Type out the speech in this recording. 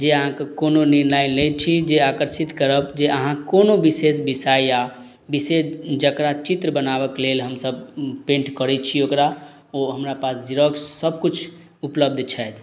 जे अहाँके कोनो निर्णय लै छी जे आकर्षित करब जे अहाँ कोनो विशेष विषय या विशेष जकरा चित्र बनाबऽके लेल हमसब पेंट करय छी ओकरा ओ हमरा पास जीरोक्स सबकिछु उपलब्ध छथि